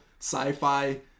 sci-fi